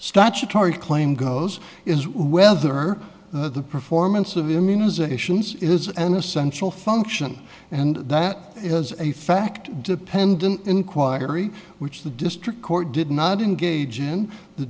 statutory claim goes is whether the performance of immunizations is an essential function and that is a fact dependent inquiry which the district court did not engage in the